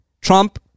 Trump